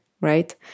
right